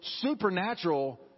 supernatural